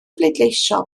bleidleisio